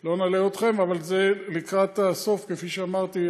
לא נלאה אתכם, אבל זה לקראת הסוף, כפי שאמרתי.